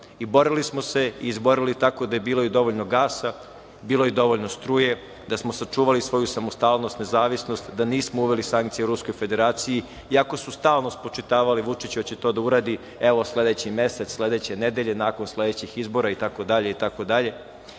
i borili smo se i izborili tako da je bilo i dovoljno gasa, bilo je dovoljno struje, da smo sačuvali svoju samostalnost, nezavisnost, da nismo uveli sankcije Ruskoj Federaciji iako su stalno spočitavali Vučić hoće to da uradi, evo sledeći mesec, sledeće nedelje, nakon sledećih izbora itd, i